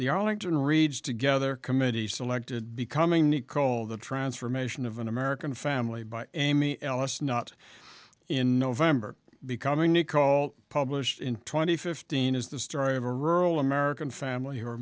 the arlington reads together committee selected becoming nicole the transformation of an american family by amy ellis not in november becoming nichol published in two thousand and fifteen is the story of a rural american family